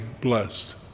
blessed